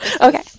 Okay